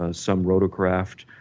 ah some rotocraft,